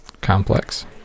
complex